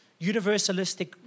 universalistic